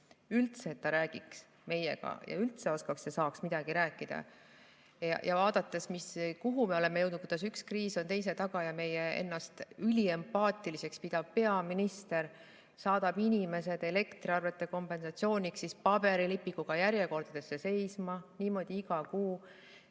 üldse räägiks meiega, üldse oskaks ja saaks midagi rääkida. Vaadates, kuhu me oleme jõudnud, kuidas üks kriis on teise taga, aga ennast üliempaatiliseks pidav peaminister saadab inimesed elektriarvete kompensatsiooni saamiseks paberilipikuga järjekordadesse seisma – ja niimoodi iga kuu